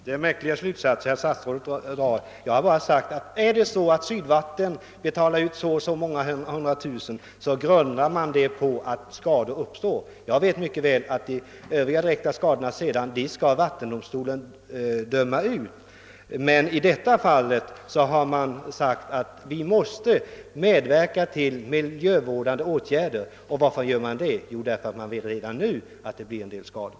Herr talman! Herr statsrådet drar märkliga slutsatser. Jag har bara sagt att om Sydvatten betalar ut så och så många 100 000 kronor, grundar man det på att skador kommer att uppstå. Jag vet mycket väl att vattendomstolen sedan skall döma ut ersättning för övriga direkta skador. Men i detta fall har man sagt att man måste medverka till miljövårdande åtgärder. Varför har man sagt så? Jo, därför att man redan nu utgår ifrån att det kommer att bli en del skador.